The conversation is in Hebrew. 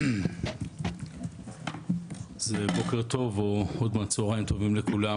בוקר טוב לכולם.